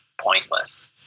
pointless